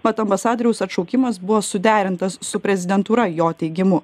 mat ambasadoriaus atšaukimas buvo suderintas su prezidentūra jo teigimu